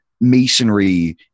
masonry